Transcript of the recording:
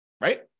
right